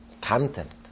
content